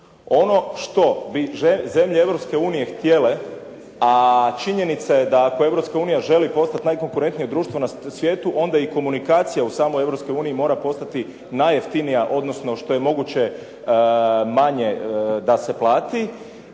Ono što bi zemlje Europske unije htjele, a činjenica je da ako Europska unija želi postati najkonkurentnije društvo u svijetu, onda i komunikacija u samoj Europskoj uniji mora postati najjeftinije, odnosno što je moguće manje da se plati,